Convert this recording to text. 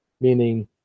meaning